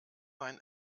ein